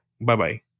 Bye-bye